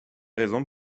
raisons